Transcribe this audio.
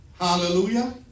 Hallelujah